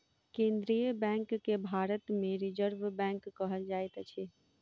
केन्द्रीय बैंक के भारत मे रिजर्व बैंक कहल जाइत अछि